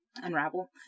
unravel